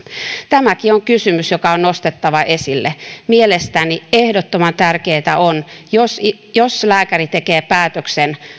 tämäkin on kysymys joka on nostettava esille mielestäni ehdottoman tärkeätä on että jos lääkäri tekee päätöksen